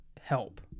help